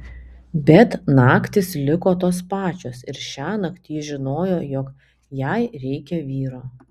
bet naktys liko tos pačios ir šiąnakt ji žinojo jog jai reikia vyro